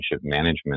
management